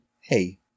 Hey